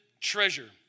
treasure